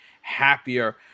happier